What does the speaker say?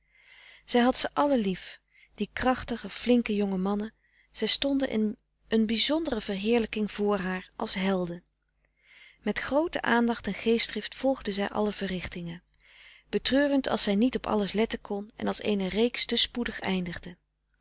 des doods ze allen lief die krachtige flinke jonge mannen zij stonden in een bijzondere verheerlijking voor haar als helden met groote aandacht en geestdrift volgde zij alle verrichtingen betreurend als zij niet op alles letten kon en als eene reeks te spoedig eindigde